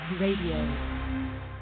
Radio